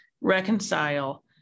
reconcile